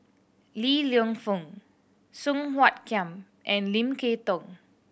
Li Lienfung Song Kiam and Lim Kay Tong